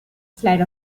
fly